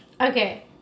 Okay